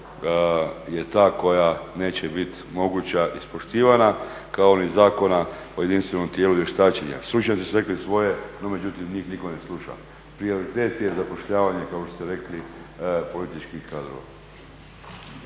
je ta koja neće biti moguća, ispoštivana kao ni Zakona o jedinstvenom tijelu vještačenja. Stručnjaci su rekli svoje, no međutim njih nitko ne sluša. Prioritet je zapošljavanje, kao što ste rekli, političkih ….